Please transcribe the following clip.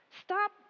Stop